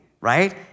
right